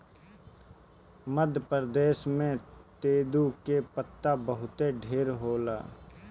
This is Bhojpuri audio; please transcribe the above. मध्य प्रदेश में तेंदू के पत्ता बहुते ढेर होला